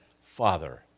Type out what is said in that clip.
Father